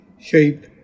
shape